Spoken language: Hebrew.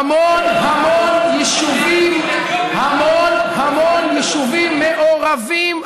המון המון יישובים, המון המון יישובים מעורבים.